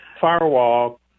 firewall